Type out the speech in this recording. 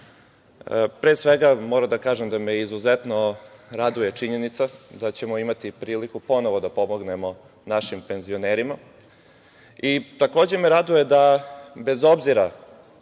pre svega moram da kažem da me izuzetno raduje činjenica da ćemo imati priliku ponovo da pomognemo našim penzionerima. Takođe me raduje da, bez obzira,